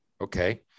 Okay